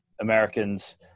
Americans